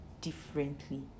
differently